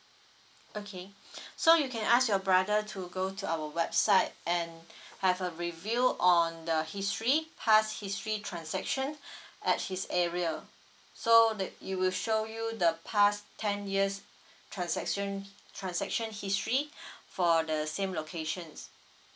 okay so you can ask your brother to go to our website and have a review on the history past history transaction at his area so the it will show you the past ten years transaction transaction history for the same locations